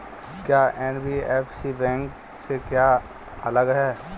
क्या NBFC bank से अलग है?